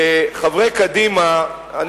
לחברי קדימה, קח אחריות.